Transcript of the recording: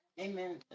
amen